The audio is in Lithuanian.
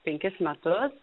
penkis metus